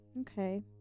Okay